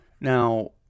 Now